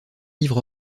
livres